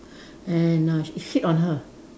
and uh it hit on her